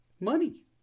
money